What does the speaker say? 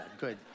good